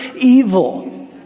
evil